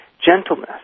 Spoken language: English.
gentleness